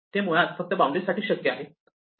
ते मुळात फक्त बाउंड्री साठी शक्य आहे